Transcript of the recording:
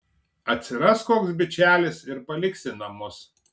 atsiras koks bičelis ir paliksi namus